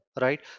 right